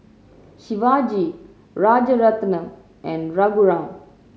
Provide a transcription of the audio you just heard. Shivaji Rajaratnam and Raghuram